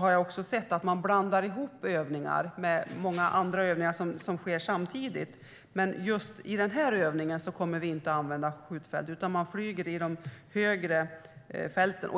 har nämligen sett att man i medierna blandar ihop övningar som sker samtidigt. Just i den här övningen kommer vi inte att använda skjutfält, utan man flyger i de högre fälten.